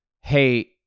Hey